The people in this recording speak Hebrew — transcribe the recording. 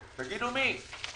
--- תגידו מי?